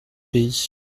pays